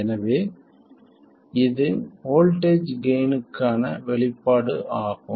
எனவே இது வோல்ட்டேஜ் கெய்ன்க்கான வெளிப்பாடு ஆகும்